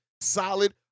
Solid